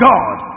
God